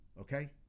okay